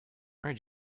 where